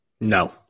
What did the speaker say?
No